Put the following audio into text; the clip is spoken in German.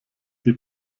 die